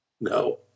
No